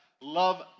love